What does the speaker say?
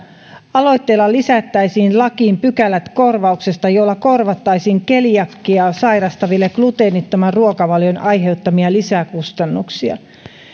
aloitteella lisättäisiin lakiin pykälät korvauksesta jolla korvattaisiin keliakiaa sairastaville gluteenittoman ruokavalion aiheuttamia lisäkustannuksia